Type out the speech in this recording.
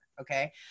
Okay